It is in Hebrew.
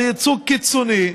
זה ייצוג קיצוני,